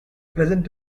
present